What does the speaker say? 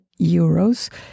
euros